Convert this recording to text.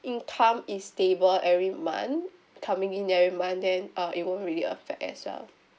income is stable every month coming in every month then uh it won't really affect as well